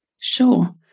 Sure